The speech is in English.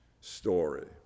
story